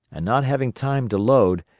and not having time to load,